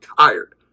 tired